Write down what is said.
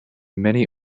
many